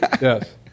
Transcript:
Yes